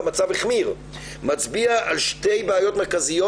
המצב החמיר מצביע על שתי בעיות מרכזיות